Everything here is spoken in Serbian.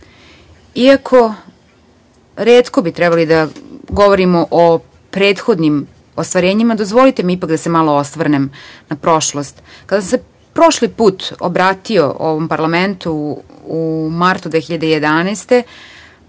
bi retko trebali da govorimo o prethodnim ostvarenjima, dozvolite mi ipak da se malo osvrnem na prošlost. Kada sam se prošli put obratio ovom parlamentu u martu 2011.